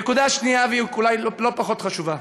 נקודה שנייה, ואולי לא פחות חשובה: